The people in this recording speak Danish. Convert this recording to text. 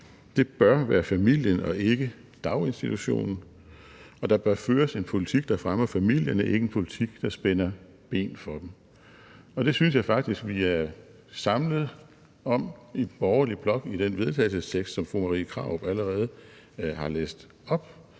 bør være familien og ikke daginstitutionen, og der bør føres en politik, der fremmer familierne, og ikke en politik, der spænder ben for dem. Og det synes jeg faktisk vi er samlet om i den borgerlige blok i den vedtagelsestekst, som fru Marie Krarup allerede har læst op.